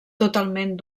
totalment